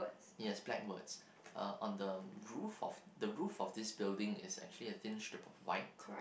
it has black words uh on the roof of the roof of this building is actually a thin strip of white